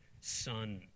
Son